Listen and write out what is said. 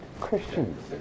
Christians